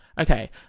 Okay